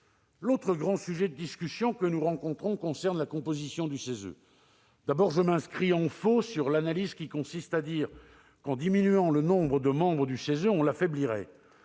L'autre grand sujet de discussion que nous rencontrons concerne la composition du CESE. D'abord, je m'inscris en faux avec l'analyse qui consiste à dire qu'en diminuant le nombre de membres du CESE, on l'affaiblirait.